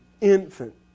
infant